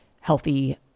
healthy